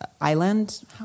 island